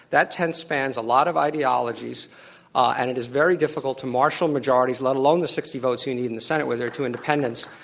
that tent spans a lot of ideologies and it is very difficult to marshal majorities let alone the sixty votes you need in the senate where there are two independents,